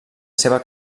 seva